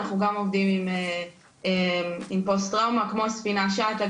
אנחנו גם עובדים עם פוסט-טראומה, כמו הספינה שטה.